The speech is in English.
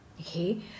Okay